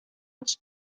its